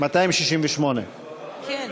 268. כן.